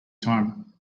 time